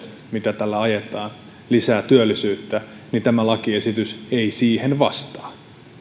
mitä tällä ajetaan eli lisää työllisyyttä niin tämä lakiesitys ei siihen vastaa